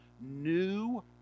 new